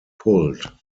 pulled